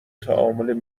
تعامل